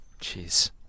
jeez